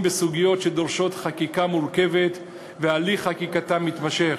בסוגיות שדורשות חקיקה מורכבת והליך חקיקתם מתמשך.